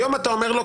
היום אתה אומר לו,